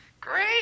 Great